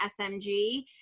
SMG